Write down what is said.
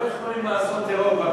לא יכולים לעשות טרור בוועדות.